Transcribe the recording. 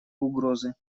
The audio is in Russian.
угрозы